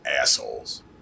assholes